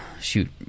shoot